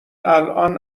الان